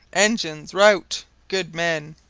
engines. rout. good man.